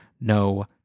No